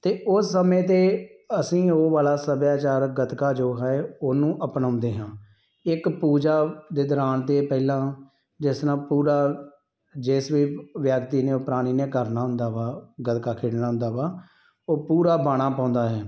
ਅਤੇ ਉਸ ਸਮੇਂ 'ਤੇ ਅਸੀਂ ਉਹ ਵਾਲਾ ਸੱਭਿਆਚਾਰਕ ਗੱਤਕਾ ਜੋ ਹੈ ਉਹਨੂੰ ਅਪਣਾਉਂਦੇ ਹਾਂ ਇੱਕ ਪੂਜਾ ਦੇ ਦੌਰਾਨ ਅਤੇ ਪਹਿਲਾਂ ਜਿਸ ਨਾਲ ਪੂਰਾ ਜਿਸ ਵੀ ਵਿਅਕਤੀ ਨੇ ਉਹ ਪ੍ਰਾਣੀ ਨੇ ਕਰਨਾ ਹੁੰਦਾ ਵਾ ਗੱਤਕਾ ਖੇਡਣਾ ਹੁੰਦਾ ਵਾ ਉਹ ਪੂਰਾ ਬਾਣਾ ਪਾਉਂਦਾ ਹੈ